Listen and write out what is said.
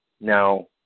Now